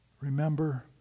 Remember